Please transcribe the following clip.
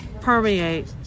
permeate